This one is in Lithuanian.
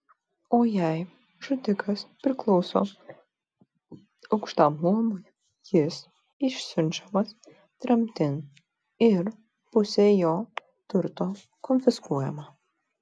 o jei žudikas priklauso aukštam luomui jis išsiunčiamas tremtin ir pusė jo turto konfiskuojama